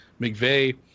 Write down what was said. McVeigh